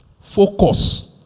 focus